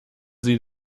sie